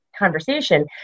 Conversation